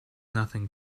nothing